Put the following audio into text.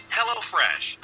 HelloFresh